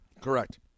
Correct